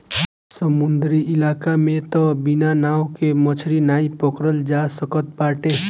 समुंदरी इलाका में तअ बिना नाव के मछरी नाइ पकड़ल जा सकत बाटे